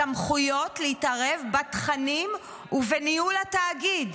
סמכויות להתערב בתכנים ובניהול התאגיד.